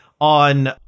on